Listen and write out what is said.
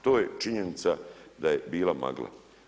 To je činjenica da je bila magla.